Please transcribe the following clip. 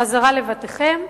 חזרה לבתיכם.